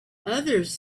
others